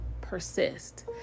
persist